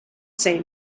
say